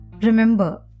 Remember